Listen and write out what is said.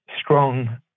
strong